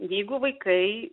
jeigu vaikai